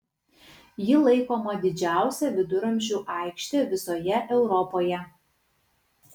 ji laikoma didžiausia viduramžių aikšte visoje europoje